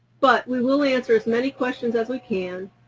but we will answer as many questions as we can,